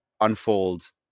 unfold